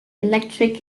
electric